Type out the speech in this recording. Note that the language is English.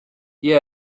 yeah